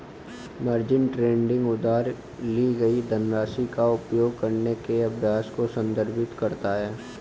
margin trading उधार ली गई धनराशि का उपयोग करने के अभ्यास को संदर्भित करता है